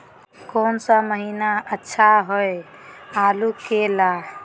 कौन सा महीना अच्छा होइ आलू के ला?